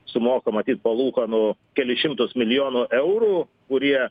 sumoka matyt palūkanų kelis šimtus milijonų eurų kurie